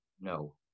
No